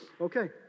Okay